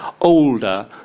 older